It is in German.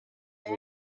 sich